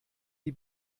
die